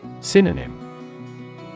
Synonym